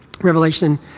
Revelation